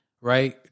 right